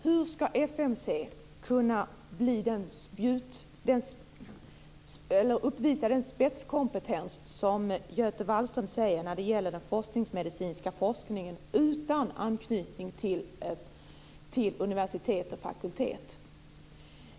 Hur ska FMC kunna uppvisa den spetskompetens som Göte Wahlström talar om när det gäller den forskningsmedicinska forskningen utan anknytning till universitet och fakultet.